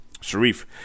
Sharif